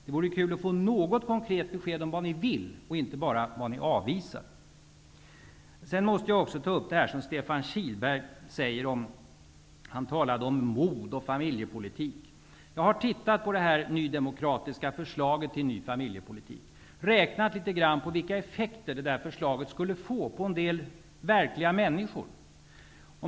Det vore kul att få nå got konkret besked om vad ni vill och inte bara vad ni avvisar. Sedan måste jag ta upp detta Stefan Kihlberg säger. Han talade om mod och familjepolitik. Jag har tittat på det nydemokratiska förslaget till ny familjepolitik och räknat litet på vilka effekter det skulle få på en del verkliga människor.